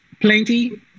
plenty